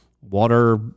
water